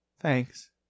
thanks